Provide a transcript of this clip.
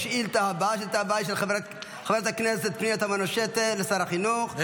השאילתה הבאה היא של חברת הכנסת פנינה תמנו שטה לשר החינוך,